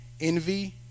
envy